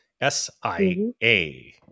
S-I-A